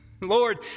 Lord